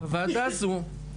בוועדה הזו,